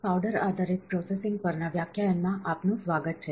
powder આધારિત processing પરના વ્યાખ્યાયન માં આપનું સ્વાગત છે